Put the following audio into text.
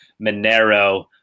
Monero